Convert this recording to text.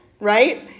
Right